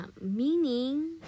meaning